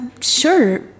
sure